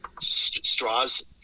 Straws